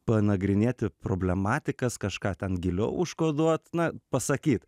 panagrinėti problematikas kažką ten giliau užkoduot na pasakyt